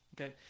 Okay